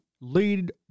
lead